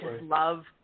love